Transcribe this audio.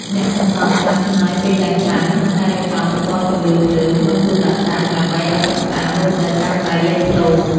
អ្នកសន្សំខ្លះចំណាយពេលយ៉ាងច្រើនក្នុងការរៀបចំប្រព័ន្ធពន្លឺភ្លើងក្នុងទូដាក់តាំង ដើម្បីឱ្យតុក្កតាមើលទៅកាន់តែលេចធ្លោ។